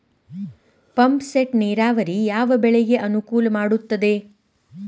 Pump set ನೇರಾವರಿ ಯಾವ್ ಬೆಳೆಗೆ ಅನುಕೂಲ ಮಾಡುತ್ತದೆ?